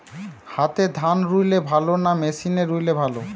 হাতে ধান রুইলে ভালো না মেশিনে রুইলে ভালো?